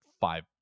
five